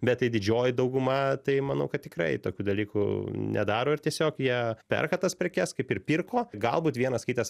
bet tai didžioji dauguma tai manau kad tikrai tokių dalykų nedaro ir tiesiog jie perka tas prekes kaip ir pirko galbūt vienas kitas